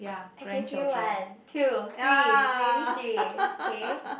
I can feel one two three maybe three okay